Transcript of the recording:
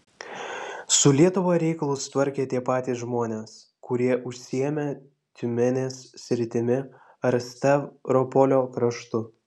su lietuva reikalus tvarkė tie patys žmonės kurie užsiėmė tiumenės sritimi ar stavropolio kraštu